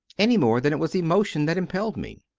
any more than it was emotion that impelled me.